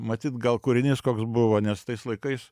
matyt gal kūrinys koks buvo nes tais laikais